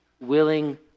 willing